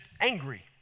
angry